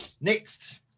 Next